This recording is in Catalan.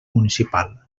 municipal